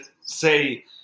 say